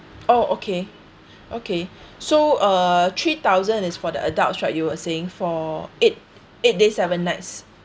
oh okay okay so uh three thousand is for the adults right you were saying for eight eight days seven nights